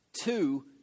Two